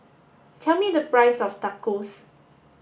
tell me the price of Tacos